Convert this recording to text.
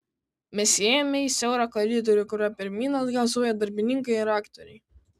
mes įėjome į siaurą koridorių kuriuo pirmyn atgal zujo darbininkai ir aktoriai